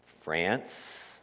France